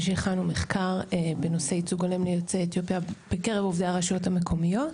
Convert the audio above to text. ושהכנו מחקר בנושא ייצוג הולם ליוצאי אתיופיה בקרב הרשויות המקומיות.